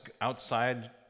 outside